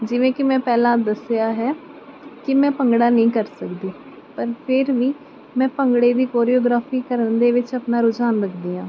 ਜਿਵੇਂ ਕਿ ਮੈਂ ਪਹਿਲਾਂ ਦੱਸਿਆ ਹੈ ਕਿ ਮੈਂ ਭੰਗੜਾ ਨਹੀਂ ਕਰ ਸਕਦੀ ਪਰ ਫਿਰ ਵੀ ਮੈਂ ਭੰਗੜੇ ਦੀ ਕੋਰੀਓਗਰਾਫੀ ਕਰਨ ਦੇ ਵਿੱਚ ਆਪਣਾ ਰੁਝਾਨ ਰੱਖਦੀ ਹਾਂ